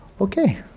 Okay